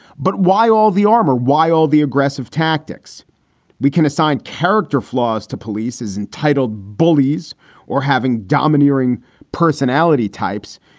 but why all the armor? why all the aggressive tactics we can assign character flaws to police is entitled bullies or having domineering personality types.